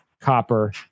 Copper